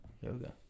yoga